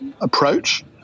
approach